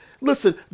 Listen